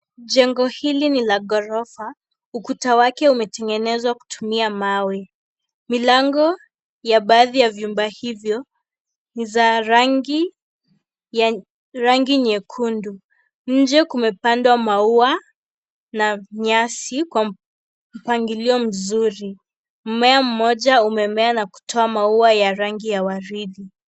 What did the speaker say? Jengo hili ni la ghorofa. Ukuta wake umetengenezwa kutumia mawe. Milango ya baadhi ya vyumba hivyo ni za rangi nyekundu. Nje kumepandwa maua na nyasi kwa mpangilio mzuri. Mmea mmoja umemea na kutoa maua ya rangi ya waridi.